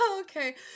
Okay